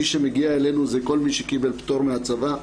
מי שמגיע אלינו זה כל מי שקיבל פטור מהצבא,